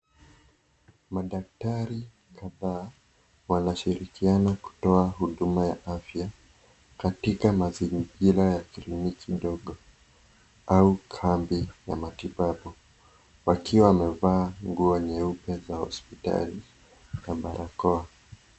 Madaktari kadhaa wanashirikiana kutoa huduma ya afya katika mazingira ya kliniki ndogo au kambi ya matibabu. Wakiwa wamevaa nguo nyeupe za hospitali na barakoa.